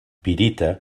pirita